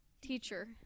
Teacher